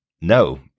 No